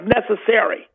necessary